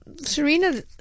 Serena